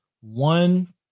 one